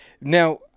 Now